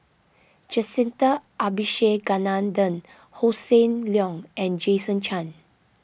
Jacintha Abisheganaden Hossan Leong and Jason Chan